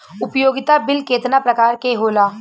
उपयोगिता बिल केतना प्रकार के होला?